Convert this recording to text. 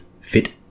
fit